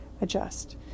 adjust